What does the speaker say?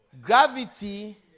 Gravity